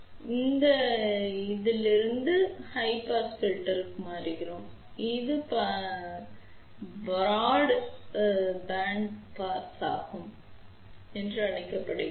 பொதுவாக நீங்கள் குறைந்த பாஸ் வடிப்பானிலிருந்து உயர் பாஸ் வடிகட்டி பதிலுக்கு மாறும்போது அந்த உள்ளமைவு பரந்த இசைக்குழு உள்ளமைவு என அழைக்கப்படுகிறது